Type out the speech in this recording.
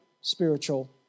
spiritual